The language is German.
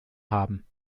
haben